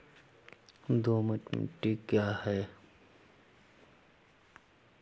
दोमट मिट्टी क्या है?